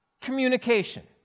communication